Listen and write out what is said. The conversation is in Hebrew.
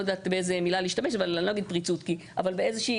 איזו שהיא זילות